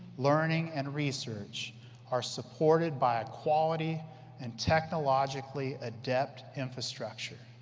learning and research are supported by a quality and technologically adept infrastructure.